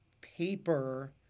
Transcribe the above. paper